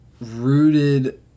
rooted